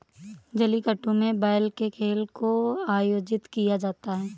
जलीकट्टू में बैल के खेल को आयोजित किया जाता है